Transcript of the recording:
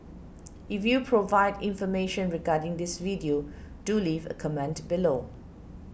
if you can provide information regarding this video do leave a comment below